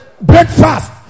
breakfast